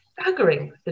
staggering